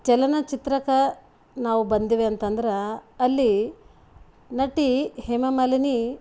ಚಲನಚಿತ್ರಕ್ಕೆ ನಾವು ಬಂದೆವು ಅಂತಂದ್ರೆ ಅಲ್ಲಿ ನಟಿ ಹೇಮಮಾಲಿನಿ